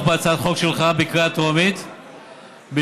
בהצעת החוק שלך בקריאה טרומית בלבד,